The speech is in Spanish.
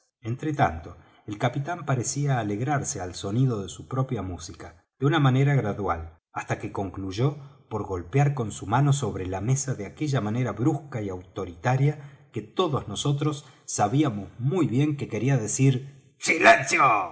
entre tanto el capitán parecía alegrarse al sonido de su propia música de una manera gradual hasta que concluyó por golpear con su mano sobre la mesa de aquella manera brusca y autoritativa que todos nosotros sabíamos muy bien que quería decir silencio